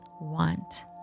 want